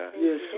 Yes